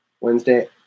Wednesday